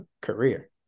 career